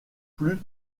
plus